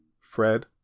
Fred